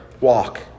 walk